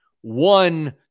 one